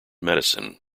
medicine